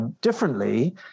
differently